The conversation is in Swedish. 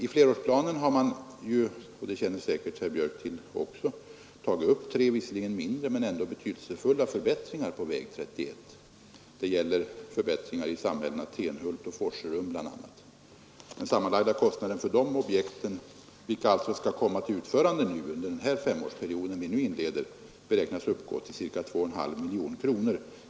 I flerårsplanen har man dock — och det känner säkert herr Björck i Nässjö också till — tagit upp tre visserligen mindre men ändå betydelsefulla förbättringar på väg 31. Det gäller bl.a. förbättringar i samhällena Tenhult och Forserum. Den sammanlagda kostnaden för dessa objekt, vilka alltså avses komma till utförande under den femårsperiod vi nu inleder, beräknas uppgå till ca 2,5 miljoner kronor.